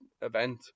event